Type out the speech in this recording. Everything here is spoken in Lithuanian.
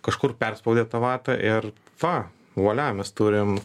kažkur perspaudė tą vatą ir va vuolia mes turim